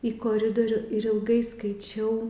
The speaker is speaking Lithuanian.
į koridorių ir ilgai skaičiau